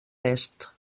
est